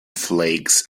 flakes